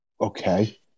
okay